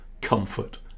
comfort